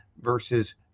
versus